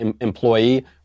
employee